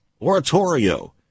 Oratorio